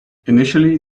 initially